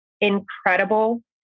incredible